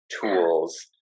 tools